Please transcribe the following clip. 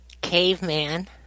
Caveman